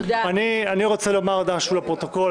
אני רוצה לומר משהו לפרוטוקול,